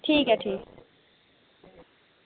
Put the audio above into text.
ठीक ऐ ठीक